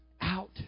out